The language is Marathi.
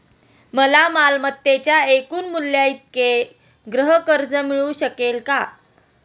मला मालमत्तेच्या एकूण मूल्याइतके गृहकर्ज मिळू शकेल का?